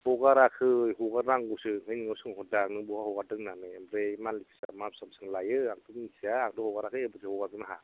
हगाराखै हगारनांगौसो ओंखायनो नोंनाव सोंहरदां नों बहा हगारदों होननानै ओमफ्राय मानलि फिसआ मासयाव बेसेबां बेसेबां लायो होननानै आंथ' मिनथिया आंथ' हगाराखै एबारसो हगारगोन आंहा